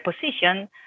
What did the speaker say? position